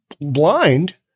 blind